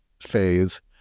phase